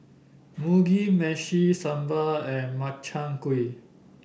Mugi Meshi Sambar and Makchang Gui